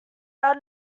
are